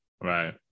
Right